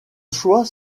choix